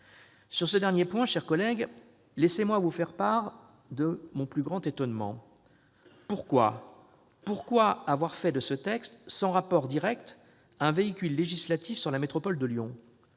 Sur ce dernier point, mes chers collègues, laissez-moi vous faire part de mon plus grand étonnement. Pourquoi avoir fait de cette proposition de loi, sans rapport direct, un véhicule législatif pour la métropole de Lyon ?